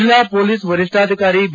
ಜಿಲ್ಲಾ ಪೊಲೀಸ್ ವರಿಷ್ಠಾಧಿಕಾರಿ ಬಿ